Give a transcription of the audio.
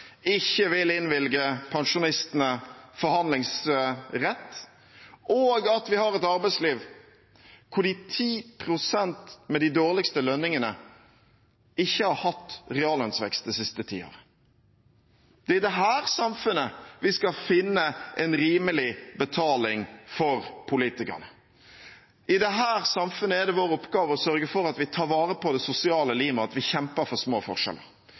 ikke vil innvilge pensjonistene forhandlingsrett, og at vi har et arbeidsliv der 10 pst. av dem med de dårligste lønningene ikke har hatt reallønnsvekst de siste ti år. Det er i dette samfunnet vi skal finne en rimelig betaling for politikerne. I dette samfunnet er det vår oppgave å sørge for at vi tar vare på det sosiale limet, at vi kjemper for små forskjeller.